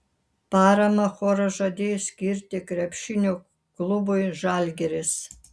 paramą choras žadėjo skirti krepšinio klubui žalgiris